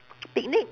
picnic